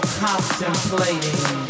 contemplating